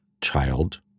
child